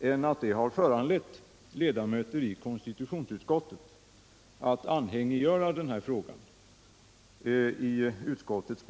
än att det har föranlett ledamöter av konstilutionsutskottet att anhängiggöra frågan i utskottet.